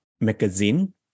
Magazine